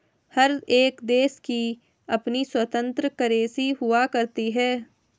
हर एक देश की अपनी स्वतन्त्र करेंसी हुआ करती है